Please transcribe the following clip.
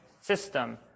system